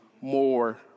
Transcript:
more